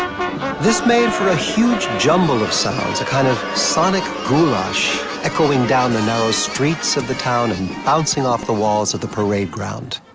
this made for a huge jumble of sounds, a kind of sonic goulash echoing down the narrow streets of the town and bouncing off the walls of the parade grounds.